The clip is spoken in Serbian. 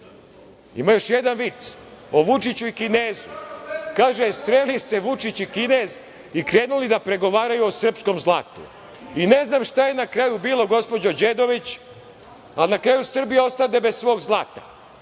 još jedan vic o Vučiću i Kinezu. Kaže – sreli se Vučić i Kinez i krenuli da pregovaraju o srpskom zlatu. Ne znam šta je na kraju bilo, gospođo Đedović, ali na kraju Srbija ostade bez svog zlata.